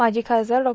माजी खासदार डॉ